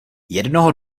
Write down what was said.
jednoho